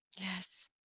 Yes